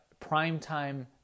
primetime